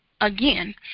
again